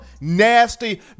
nasty